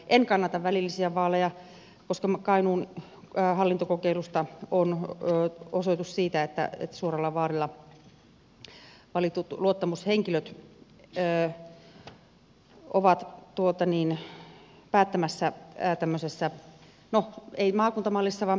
en kannata välillisiä vaaleja koska kainuun hallintokokeilusta on osoitus siitä kun suoralla vaalilla valitut luottamushenkilöt ovat päättämässä tällaisessa mallissa